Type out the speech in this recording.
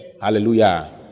Hallelujah